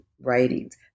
writings